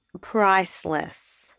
priceless